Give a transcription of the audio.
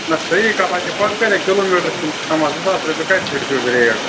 نہَ صحیح کَتھ حظ چھِ پَتہٕ کۭتیاہ کِلوٗ میٖٹَر چھِ تِم سَمَان زٕ ساس رۄپیہِ کَتہِ شوٗبہِ ریٹ